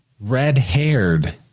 red-haired